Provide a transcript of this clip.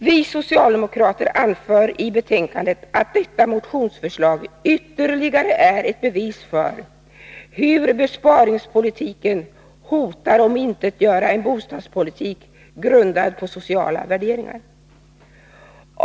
Vi socialdemokrater anför i betänkandet att detta motionsförslag ytterligare är ett bevis för hur besparingspolitiken hotar att omintetgöra en bostadspolitik grundad på sociala värderingar.